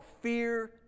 fear